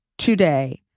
today